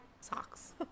socks